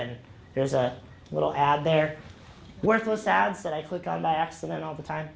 and there's a little ad there worthless ads that i click on by accident all the time